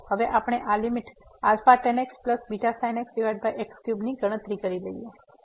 તેથી ચાલો હવે આપણે આ limit tan x βsin x x3 ની ગણતરી કરીએ